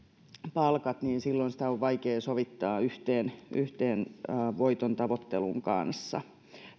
palkat niin silloin sitä on vaikea sovittaa yhteen yhteen voitontavoittelun kanssa